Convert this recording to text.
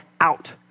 out